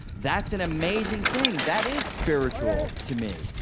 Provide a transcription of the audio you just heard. that's an amazing thing. that is spiritual to me.